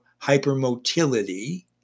hypermotility